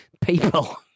people